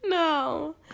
No